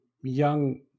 young